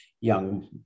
young